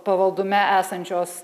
pavaldume esančios